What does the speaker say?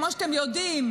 כמו שאתם יודעים,